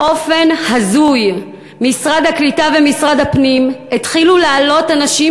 באופן הזוי משרד הקליטה ומשרד הפנים התחילו להעלות אנשים